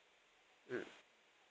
mm